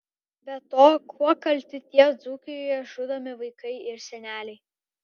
be to kuo kalti tie dzūkijoje žudomi vaikai ir seneliai